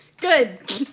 Good